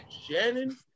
Shannon